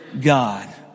God